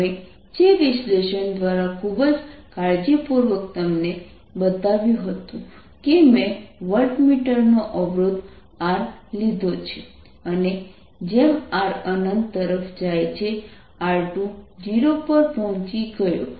તમે જે વિશ્લેષણ દ્વારા ખૂબ જ કાળજીપૂર્વક તમને બતાવ્યું હતું કે મેં વોલ્ટેમીટરનો અવરોધ R લીધો છે અને જેમ R અનંત તરફ જાય છે I2 0 પર પહોંચી ગયો